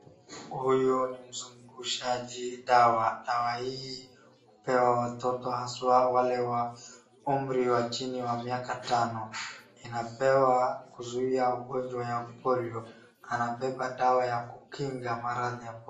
Huyu ni mzungushaji dawa. Dawa hii hupewa watoto haswa wale wa umri wa chini ya miaka tano. Inapewa kuzuia ugonjwa ya polio. Anabeba dawa ya kukinga maradhi ya polio.